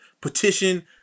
petition